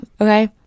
okay